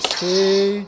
two